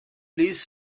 please